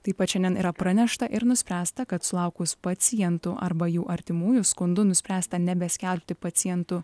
taip pat šiandien yra pranešta ir nuspręsta kad sulaukus pacientų arba jų artimųjų skundų nuspręsta nebeskelbti pacientų